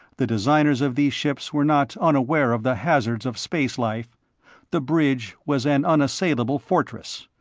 the designers of these ships were not unaware of the hazards of space life the bridge was an unassailable fortress.